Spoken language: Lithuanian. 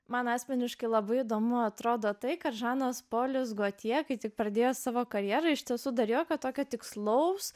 man asmeniškai labai įdomu atrodo tai kad žanas polis gotje kai tik pradėjo savo karjerą iš tiesų dar jokio tokio tikslaus